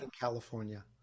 California